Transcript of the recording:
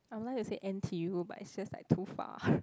I would like to say n_t_u but it's just like too far